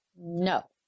No